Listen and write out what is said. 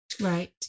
Right